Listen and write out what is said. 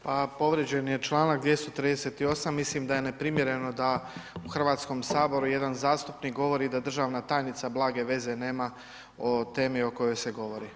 Pa povrijeđen je članak 238. mislim da je neprimjereno da u Hrvatskom saboru jedan zastupnik govori da državna tajnica blage veze nema o temi o kojoj se govori.